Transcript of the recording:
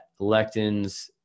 lectins